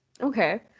okay